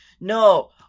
no